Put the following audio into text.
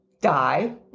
die